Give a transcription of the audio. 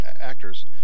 actors